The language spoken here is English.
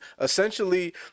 essentially